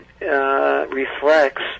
Reflects